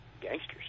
gangsters